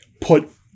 put